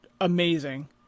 amazing